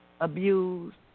abused